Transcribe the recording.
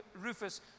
Rufus